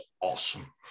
awesome